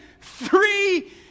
three